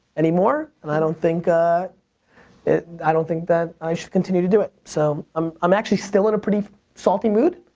anymore, and i don't think, ah i don't think that i should continue to do it. so, um i'm actually still in a pretty salty mood.